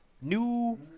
New